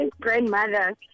grandmother